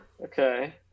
okay